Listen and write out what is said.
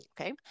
Okay